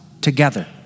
together